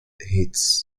hits